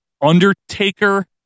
undertaker